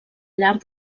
llarg